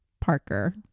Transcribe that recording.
Parker